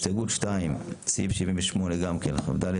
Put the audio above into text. הסתייגות 2, סעיף 78כד(א)(3),